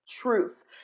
truth